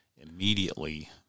immediately